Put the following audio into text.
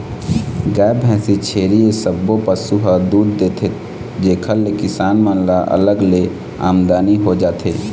गाय, भइसी, छेरी ए सब्बो पशु ह दूद देथे जेखर ले किसान मन ल अलग ले आमदनी हो जाथे